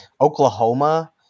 Oklahoma